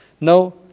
No